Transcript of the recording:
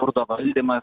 turto valdymas